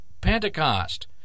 Pentecost